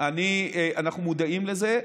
אנחנו מודעים לזה.